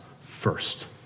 first